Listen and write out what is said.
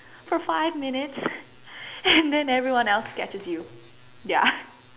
for five minutes and then everyone else catches you ya